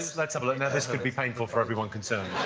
let's have a look. now, this could be painful for everyone concerned.